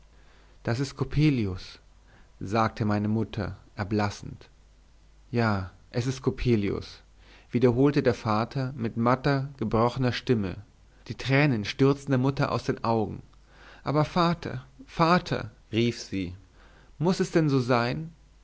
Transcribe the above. das ist coppelius sagte meine mutter erblassend ja es ist coppelius wiederholte der vater mit matter gebrochener stimme die tränen stürzten der mutter aus den augen aber vater vater rief sie muß es denn so sein